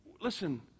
Listen